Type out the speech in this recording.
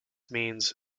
means